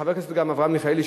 חבר הכנסת אברהם מיכאלי,